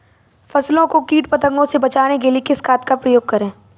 फसलों को कीट पतंगों से बचाने के लिए किस खाद का प्रयोग करें?